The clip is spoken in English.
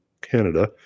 Canada